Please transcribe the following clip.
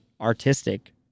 artistic